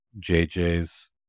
JJ's